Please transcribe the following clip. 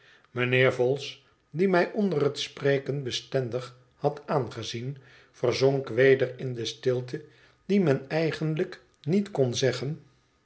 mijnheer vholes die mij onder het spreken bestendig had aangezien verzonk weder in de stilte die men eigenlijk niet kon zeggen